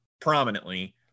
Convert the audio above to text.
prominently